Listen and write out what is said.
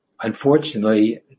unfortunately